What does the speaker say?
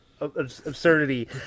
absurdity